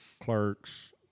Clerks